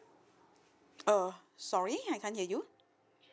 uh sorry I can't hear you